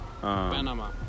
Panama